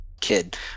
kid